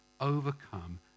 overcome